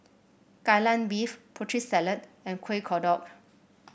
Kai Lan Beef Putri Salad and Kuih Kodok